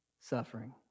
suffering